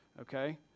Okay